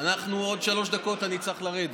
עוד שלוש דקות אני צריך לרדת.